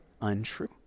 untrue